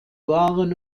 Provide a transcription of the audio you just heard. waren